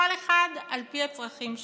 כל אחד על פי צרכים שלו,